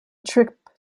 trip